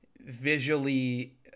visually